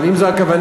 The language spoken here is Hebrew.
אבל אם זו הכוונה,